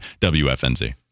WFNZ